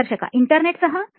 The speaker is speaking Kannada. ಸಂದರ್ಶಕ internetಸಹ